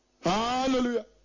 Hallelujah